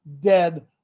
dead